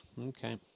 Okay